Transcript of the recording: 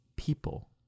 people